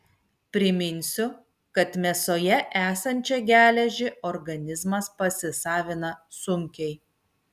priminsiu kad mėsoje esančią geležį organizmas pasisavina sunkiai